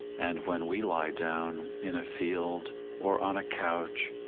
and when we lie down in a field or on a couch,